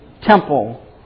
temple